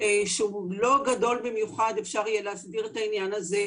לא גדול במיוחד אפשר יהיה להסדיר את העניין הזה.